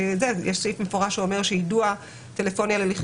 יש סעיף מפורש שאומר שיידוע טלפוני על הליכי